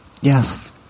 Yes